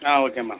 ஆ ஓகேம்மா